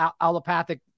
allopathic